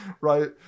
right